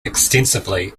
extensively